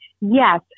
Yes